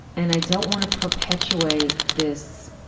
and i don't want to perpetuate this